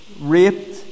raped